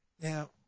Now